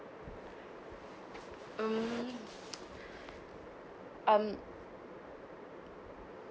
um